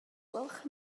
gwelwch